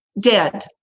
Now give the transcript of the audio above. dead